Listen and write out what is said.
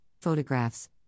photographs